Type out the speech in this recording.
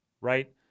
right